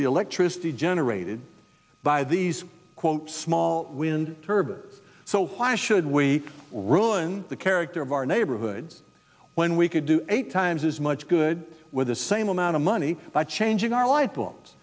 the electricity generated by these quote small wind turbines so why should we ruin the character of our neighborhoods when we could do eight times as much good with the same amount of money by changing our li